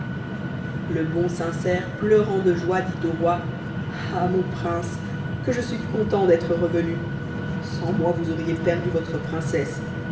le bon sincère pleurant de joie dit au roi ah mon prince que je suis content d'être revenu sans moi vous auriez perdu votre princesse